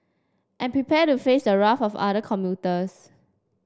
and prepare to face the wrath of other commuters